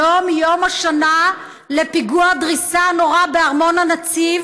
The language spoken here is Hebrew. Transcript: היום יום השנה לפיגוע הדריסה הנורא בארמון הנציב